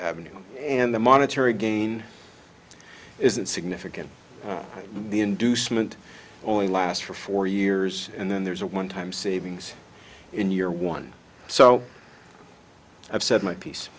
avenue and the monetary gain isn't significant the inducement only last for four years and then there's a one time savings in your one so i've said my